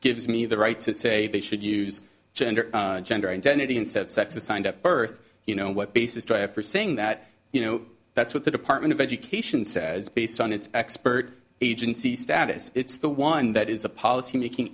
gives me the right to say they should use gender gender identity instead sex is signed up birth you know what basis drafter saying that you know that's what the department of education says based on its expert agency status it's the one that is a policy making